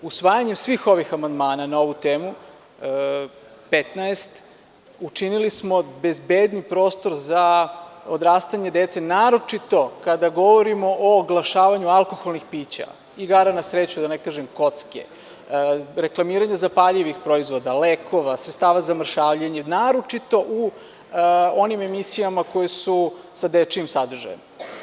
Usvajanjem svih ovih amandmana na ovu temu, 15, učinili smo bezbedniji prostor za odrastanje dece, naročito kada govorimo o oglašavanju alkoholnih pića, igara na sreću, da ne kažem kocke, reklamiranju zapaljivih proizvoda, lekova, sredstava za mršavljenje, naročito u onim emisijama koje su sa dečijim sadržajem.